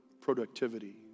productivity